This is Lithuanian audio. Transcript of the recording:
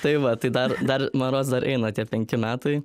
tai va tai dar dar man rods dar eina tie penki metai